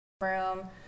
room